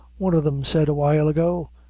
one o' them said a while ago,